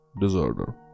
disorder